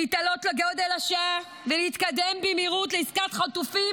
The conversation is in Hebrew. להתעלות לגודל השעה ולהתקדם במהירות לעסקת חטופים.